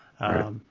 Right